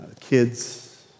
kids